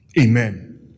Amen